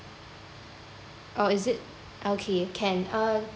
oh is it okay can uh